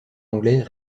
anglais